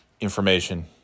information